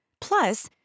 Plus